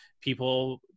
people